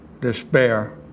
Despair